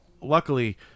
luckily